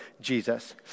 Jesus